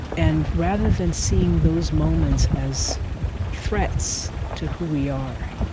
and rather than seeing those moments as threats to who we are,